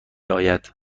آید